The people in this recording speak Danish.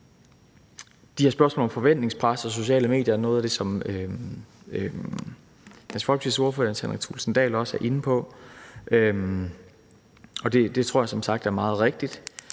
De her spørgsmål om forventningspres og sociale medier er noget af det, som Dansk Folkepartis ordfører, Jens Henrik Thulesen Dahl, også er inde på. Det tror jeg som sagt er meget rigtigt.